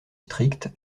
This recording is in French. strict